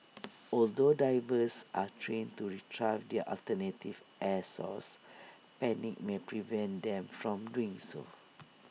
although divers are trained to Retrieve their alternative air source panic may prevent them from doing so